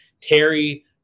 Terry